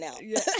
now